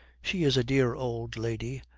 she is a dear old lady,